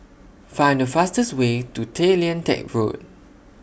Find The fastest Way to Tay Lian Teck Road